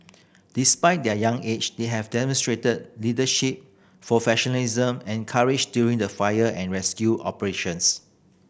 despite their young age they have demonstrated leadership professionalism and courage during the fire and rescue operations